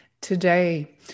today